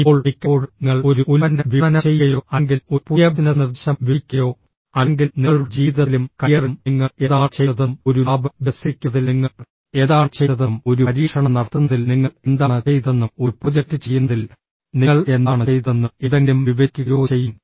ഇപ്പോൾ മിക്കപ്പോഴും നിങ്ങൾ ഒരു ഉൽപ്പന്നം വിപണനം ചെയ്യുകയോ അല്ലെങ്കിൽ ഒരു പുതിയ ബിസിനസ്സ് നിർദ്ദേശം വിവരിക്കുകയോ അല്ലെങ്കിൽ നിങ്ങളുടെ ജീവിതത്തിലും കരിയറിലും നിങ്ങൾ എന്താണ് ചെയ്തതെന്നും ഒരു ലാബ് വികസിപ്പിക്കുന്നതിൽ നിങ്ങൾ എന്താണ് ചെയ്തതെന്നും ഒരു പരീക്ഷണം നടത്തുന്നതിൽ നിങ്ങൾ എന്താണ് ചെയ്തതെന്നും ഒരു പ്രോജക്റ്റ് ചെയ്യുന്നതിൽ നിങ്ങൾ എന്താണ് ചെയ്തതെന്നും എന്തെങ്കിലും വിവരിക്കുകയോ ചെയ്യും